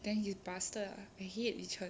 then he is bastard lah I hate li chen